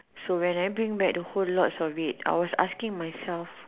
so when I bring back the whole lots of it I was asking myself